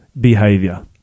behavior